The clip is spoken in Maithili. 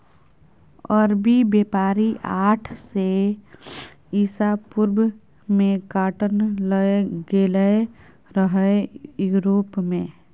अरबी बेपारी आठ सय इसा पूर्व मे काँटन लए गेलै रहय युरोप मे